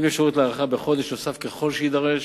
עם אפשרות להארכה בחודש נוסף, ככל שיידרש,